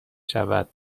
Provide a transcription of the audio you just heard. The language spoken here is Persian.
شود